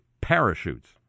parachutes